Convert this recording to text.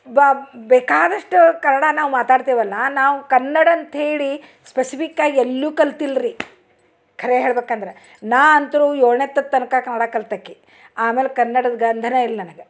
ಬ ಬೇಕಾದಷ್ಟು ಕನ್ನಡ ನಾವು ಮಾತಾಡ್ತೇವಲ್ಲ ನಾವು ಕನ್ನಡ ಅಂತೇಳಿ ಸ್ಪೆಸಿಫಿಕ್ಕಾಗಿ ಎಲ್ಲೂ ಕಲ್ತಿಲ್ಲ ರೀ ಖರೆ ಹೇಳ್ಬೇಕಂದ್ರ ನಾನು ಅಂತೂ ಏಳನೇ ತತ್ ತನಕ ಕನ್ನಡ ಕಲ್ತಾಕೆ ಆಮೇಲೆ ಕನ್ನಡದ ಗಂಧನೇ ಇಲ್ಲ ನನಗೆ